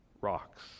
rocks